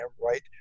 right